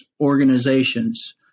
organizations